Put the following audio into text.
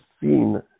seen